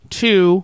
two